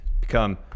become